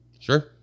sure